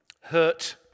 Hurt